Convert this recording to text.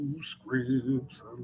scripts